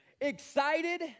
excited